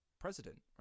president